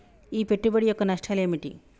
ఈ పెట్టుబడి యొక్క నష్టాలు ఏమిటి?